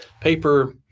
paper